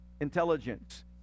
intelligence